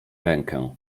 rękę